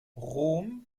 rom